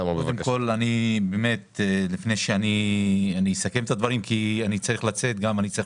אני אסכם כי אני צריך לצאת מאחר שאני צריך